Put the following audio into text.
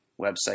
website